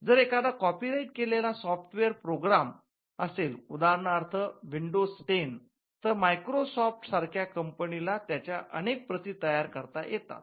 जर एखादा कॉपीराइट केलेला सॉफ्टवेअर प्रोग्राम संगणाकातील दृश्य भाग कार्य असेल उदारणार्थ विंडोज टेन तर मायक्रोसॉफ्ट सारख्या कंपनीला त्याच्या अनेक प्रती तयार करता येतात